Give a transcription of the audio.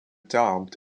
dumped